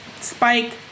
spike